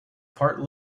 part